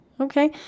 Okay